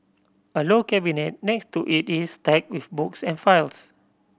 a low cabinet next to it is stacked with books and files